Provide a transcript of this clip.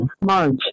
March